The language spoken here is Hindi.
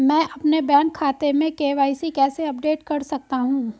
मैं अपने बैंक खाते में के.वाई.सी कैसे अपडेट कर सकता हूँ?